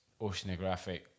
oceanographic